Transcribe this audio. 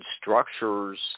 structures